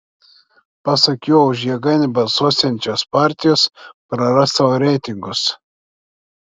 pasak jo už jėgainę balsuosiančios partijos praras savo reitingus